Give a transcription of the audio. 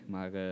Maar